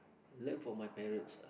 learn from my parents ah